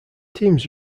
teams